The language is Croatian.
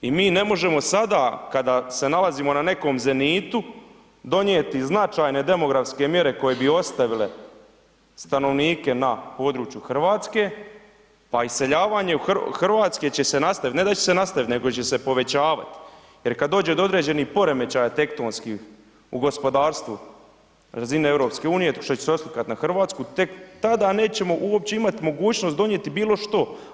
I mi ne možemo sada kada se nalazimo na nekom zenitu donijeti značajne demografske mjere koje bi ostavile stanovnike na području Hrvatske, pa iseljavanje Hrvatske će se nastaviti, ne da će se nastaviti nego će se povećavati jer kad dođe do određenih poremećaja tehtonskih u gospodarstvu razine EU što će oslikat na Hrvatsku tek tada nećemo uopće imati mogućnost donijeti bilo što.